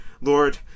Lord